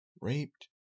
raped